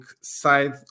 side